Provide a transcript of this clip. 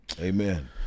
Amen